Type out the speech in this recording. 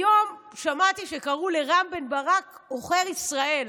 היום שמעתי שקראו לרם בן ברק "עוכר ישראל".